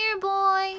boy